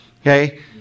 okay